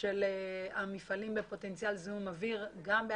של המפעלים עם פוטנציאל זיהום גם באשקלון.